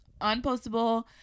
unpostable